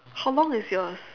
how long is yours